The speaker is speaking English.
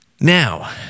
Now